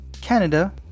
Canada